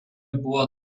buvo